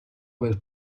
aver